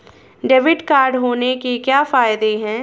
Debit card होने के क्या फायदे हैं?